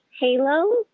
Halo